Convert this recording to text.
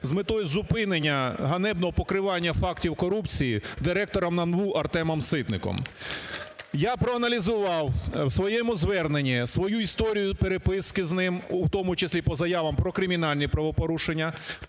З метою зупинення ганебного покривання фактів корупції директором НАБУ Артемом Ситником. Я проаналізував у своєму зверненні свою історію переписки з ним, в тому числі і по заявам про кримінальні правопорушення